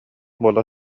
буола